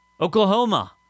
Oklahoma